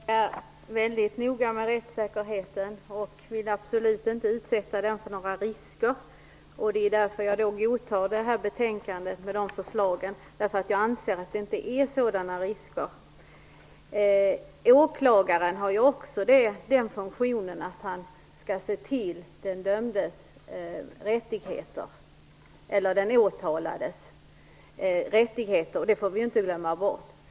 Fru talman! Jag är väldigt noga med rättssäkerheten och vill absolut inte utsätta den för några risker. Det är därför jag godtar förslagen i betänkandet. Jag anser att det inte finns några risker för rättssäkerheten. Åklagaren har också den funktionen att han skall se till den åtalades rättigheter. Det får vi inte glömma bort.